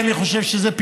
מאחר שאני לא חוקר